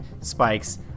spikes